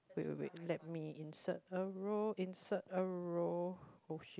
wait wait wait let me insert a row insert a row oh shit